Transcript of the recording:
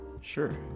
Sure